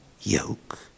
yoke